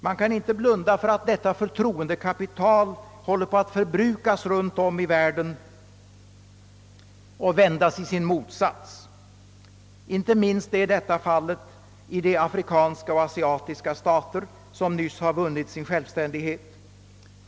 Man kan inte blunda för att detta förtroendekapital håller på att förbrukas runt om i världen och vändas i sin motsats. Inte minst är detta fallet i de afrikanska och asiatiska stater som nyss vunnit sin självständighet.